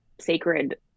sacred